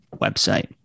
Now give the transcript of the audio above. website